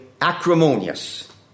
acrimonious